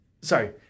sorry